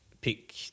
pick